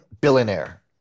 billionaire